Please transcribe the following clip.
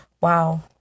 wow